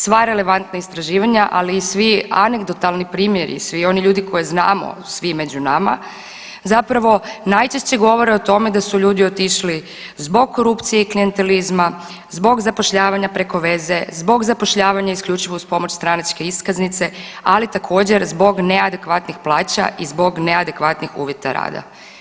Sva relevantna istraživanja, ali i svi anegdotalni primjeri i svi oni ljudi koje znamo, svi među nama, zapravo najčešće govore o tome da su ljudi otišli zbog korupcije i klijentalizma, zbog zapošljavanja preko veze, zbog zapošljavanja isključivo uz pomoć stranačke iskaznice, ali također zbog neadekvatnih plaća i zbog neadekvatnih uvjeta rada.